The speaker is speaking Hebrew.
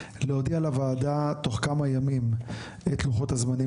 להודיע לוועדה תוך כמה ימים את לוחות הזמנים